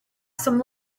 some